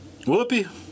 Whoopi